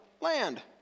land